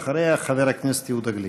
אחריה, חבר הכנסת יהודה גליק.